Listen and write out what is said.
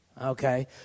okay